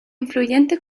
influyente